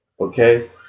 okay